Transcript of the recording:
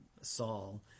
Saul